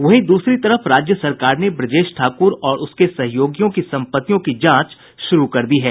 वहीं दूसरी तरफ राज्य सरकार ने ब्रजेश ठाकुर और उसके सहयोगियों की संपत्तियों की जांच शुरू कर दी है